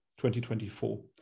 2024